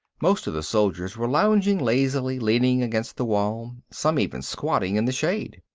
most of the soldiers were lounging lazily, leaning against the wall, some even squatting in the shade.